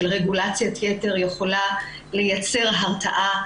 של רגולציית יתר יכולה לייצר הרתעה,